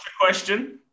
question